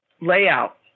layout